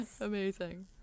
amazing